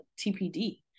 TPD